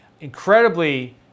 incredibly